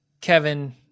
Kevin